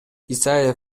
исаев